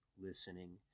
listening